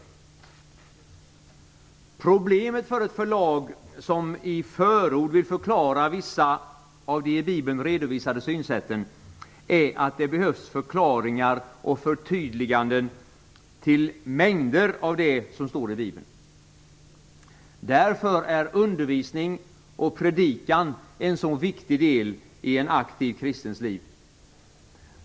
Problemet för ett förlag som i ett förord vill förklara vissa av de i Bibeln redovisade synsätten är att det behövs förklaringar och förtydliganden till mängder av det som står i Bibeln. Därför är undervisning och predikan en så viktig del i en aktiv kristens liv.